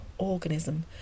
organism